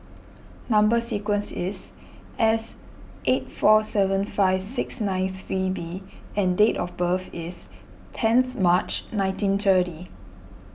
Number Sequence is S eight four seven five six nine three B and date of birth is tenth March nineteen thirty